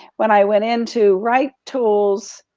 when i went into right tools,